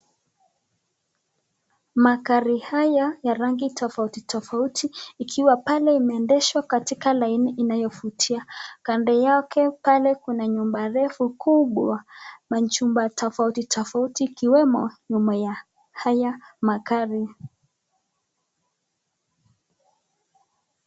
Magari haya ya rangi tofauti tofauti ikiwa pale imeendeshwa katika laini inayovutia. Kando yake pale kuna nyumba refu kubwa. Machumba tofauti tofauti ikiwemo nyuma ya haya makari.